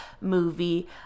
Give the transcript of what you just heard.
movie